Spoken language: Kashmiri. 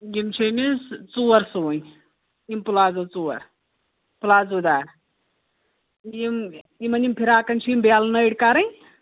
یِم چھِ أمِس ژور سُوٕنۍ یِم پٕلازو ژور پٕلازو دار یِم یِمَن یِم فِراقَن چھِ بٮ۪ل نٔرۍ کَرٕنۍ